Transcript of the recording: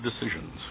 Decisions